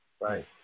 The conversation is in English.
Right